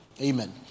Amen